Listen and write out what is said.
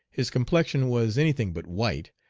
his complexion was any thing but white,